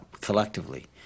collectively